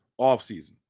offseason